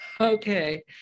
Okay